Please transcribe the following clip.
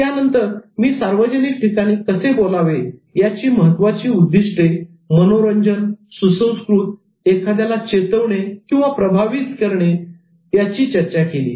यानंतर मी 'सार्वजनिक ठिकाणी कसे बोलावे' याची महत्त्वाची उद्दिष्टे मनोरंजन सुसंस्कृत चेतवणे आणि प्रभावित प्रेरित करणे यांची चर्चा केली